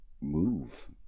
move